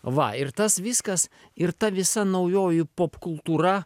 va ir tas viskas ir ta visa naujoji popkultūra